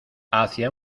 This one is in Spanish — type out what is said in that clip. hacia